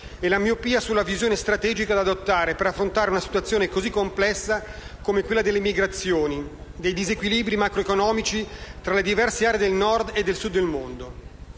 e la miopia sulla visione strategica da adottare, per affrontare una situazione così complessa, come quella delle migrazioni e dei disequilibri macroeconomici tra le diverse aree del Nord e del Sud del mondo.